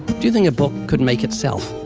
do you think a book could make itself?